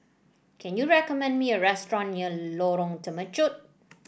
can you recommend me a restaurant near Lorong Temechut